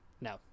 No